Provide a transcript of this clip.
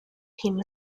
him